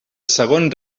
segon